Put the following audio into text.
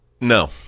No